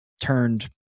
turned